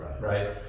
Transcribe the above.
right